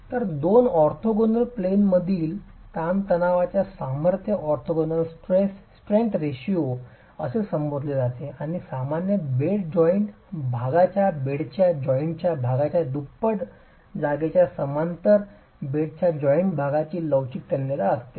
तर दोन ऑर्थोगोनल प्लेनमधील ताणतणावातील सामर्थ्य ऑर्थोगोनल स्ट्रेंथ रेशियो असे संबोधले जाते आणि सामान्यत बेडच्या जॉइंट भागाच्या बेडच्या जॉइंट भागाच्या दुप्पट जागेच्या समांतर समांतर बेडच्या जॉइंट भागाची लवचिक तन्यता असते